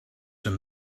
from